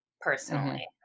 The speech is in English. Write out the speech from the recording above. personally